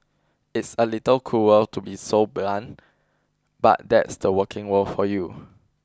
it's a little cruel to be so blunt but that's the working world for you